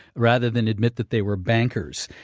rather than admit that they were bankers.